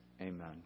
Amen